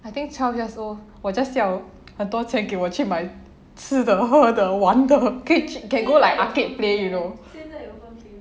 I think twelve years old 我 just 就要很多钱给我去买吃的喝的玩的 can go like arcade play you know